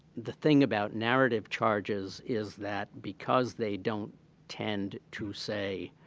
the thing about narrative charges is that because they don't tend to say,